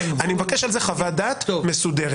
אני מבקש על זה חוות דעת מסודרת.